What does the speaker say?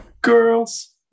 girls